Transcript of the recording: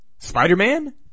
Spider-Man